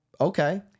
Okay